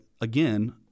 again